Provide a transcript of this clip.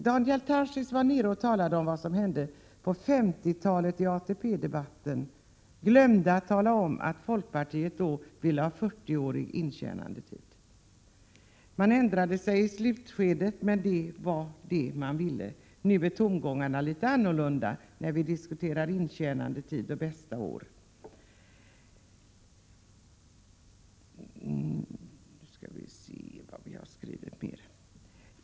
Daniel Tarschys talade om vad som hände i ATP-debatten på 50-talet men glömde bort att tala om att folkpartiet då ville ha en 40-årig intjänandetid. Man ändrade sig i slutskedet och nu är tongångarna litet annorlunda, när vi diskuterar intjänandetid och bästa år.